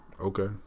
Okay